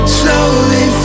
slowly